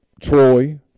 Troy